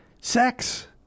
sex